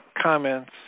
comments